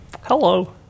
Hello